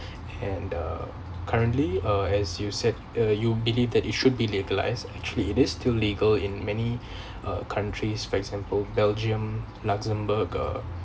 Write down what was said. and uh currently uh as you said uh you believe that it should be legalised actually this still legal in many uh countries for example belgium luxembourg err